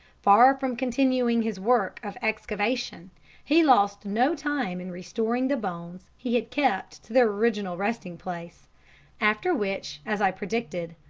far from continuing his work of excavation he lost no time in restoring the bones he had kept to their original resting-place after which, as i predicted,